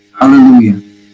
Hallelujah